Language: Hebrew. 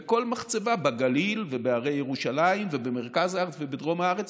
וכל מחצבה בגליל ובהרי ירושלים ובמרכז הארץ ובדרום הארץ